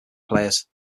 players